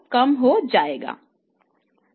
तो पहले 3 धारणाएं दोनों मॉडलों में समान हैं